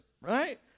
right